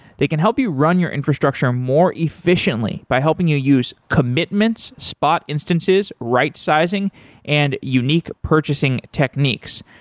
they can help you run your infrastructure more efficiently by helping you use commitments, spot instances, rightsizing and unique purchasing techniques.